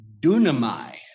Dunamai